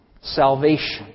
salvation